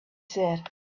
said